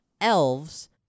elves